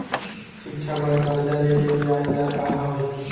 शिक्षा बर कर्जा ले के बियाज दर का हवे?